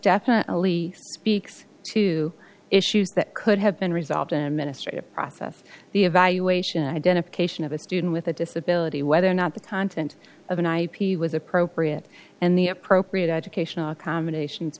definitely speaks to issues that could have been resolved a ministry to process the evaluation identification of a student with a disability whether or not the content of an ip was appropriate and the appropriate educational accommodations